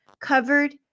covered